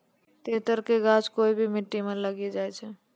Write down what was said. तेतर के गाछ कोय भी मिट्टी मॅ लागी जाय छै